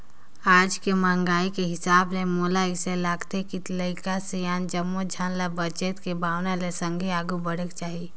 आज के महंगाई के हिसाब ले मोला तो अइसे लागथे के लरिका, सियान जम्मो झन ल बचत के भावना ले संघे आघु बढ़ेक चाही